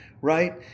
right